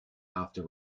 after